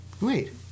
Wait